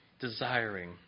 desiring